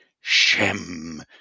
Shem